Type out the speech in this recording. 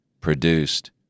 produced